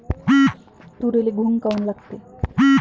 तुरीले घुंग काऊन लागते?